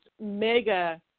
mega